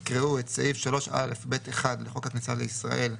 יקראו את סעיף 3א(ב1) לחוק הכניסה לישראל,